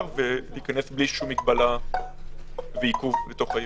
ולהיכנס בלי שום מגבלה ועיכוב לעיר.